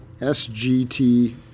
Sgt